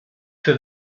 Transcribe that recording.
für